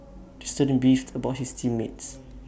the student beefed about his team mates